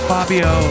Fabio